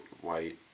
white